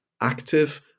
active